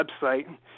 website